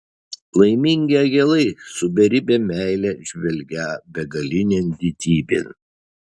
laimingi angelai su beribe meile žvelgią begalinėn didybėn